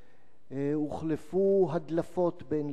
הוחלפו הדלפות בין